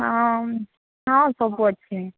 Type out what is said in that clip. ହଁ ହଁ ସବୁ ଅଛି